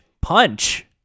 punch